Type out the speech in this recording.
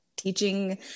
teaching